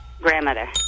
Grandmother